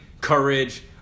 courage